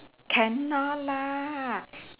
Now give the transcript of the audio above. cannot lah